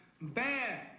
Bad